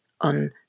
on